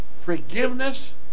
forgiveness